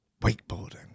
wakeboarding